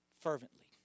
fervently